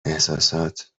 احساسات